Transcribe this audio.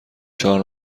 چهار